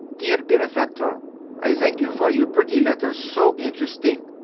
dear benefactor i thank you for your pretty letter so interesting.